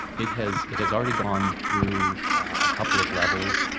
it has it has already gone through a couple of levels.